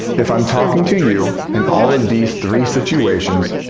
if i'm talking to you, in all of these three situations,